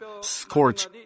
scorch